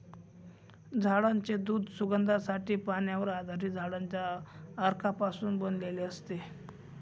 झाडांचे दूध सुगंधासाठी, पाण्यावर आधारित झाडांच्या अर्कापासून बनवलेले असते